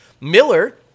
miller